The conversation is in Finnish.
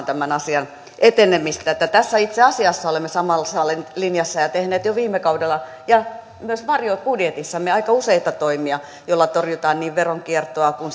tämän asian etenemistä tässä itse asiassa olemme samassa linjassa ja tehneet jo viime kaudella ja myös varjobudjetissamme aika useita toimia joilla torjutaan niin veronkiertoa kuin